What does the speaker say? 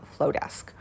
Flowdesk